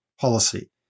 policy